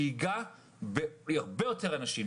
שייגע בהרבה יותר אנשים.